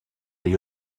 des